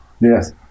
Yes